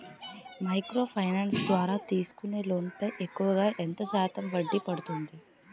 Micro finance ద్వారా తీసుకునే loan పై ఎక్కువుగా ఎంత శాతం వడ్డీ పడుతుంది?